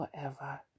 forever